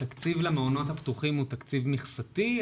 התקציב למעונות הפתוחים הוא תקציב מכסתי,